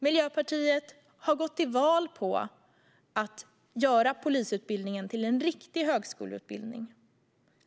Miljöpartiet har gått till val på att göra polisutbildningen till en riktig högskoleutbildning.